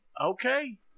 Okay